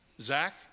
Zach